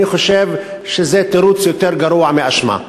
אני חושב שזה תירוץ יותר גרוע מאשמה,